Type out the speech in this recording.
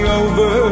over